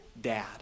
dad